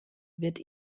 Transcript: wird